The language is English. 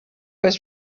was